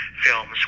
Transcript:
films